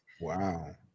Wow